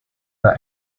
der